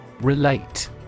Relate